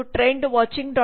com ಮತ್ತು TrendWatching